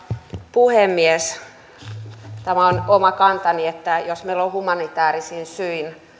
puhemies tämä on oma kantani että jos meillä on humanitäärisin syin